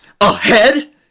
ahead